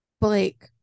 Blake